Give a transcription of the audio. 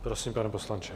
Prosím, pane poslanče.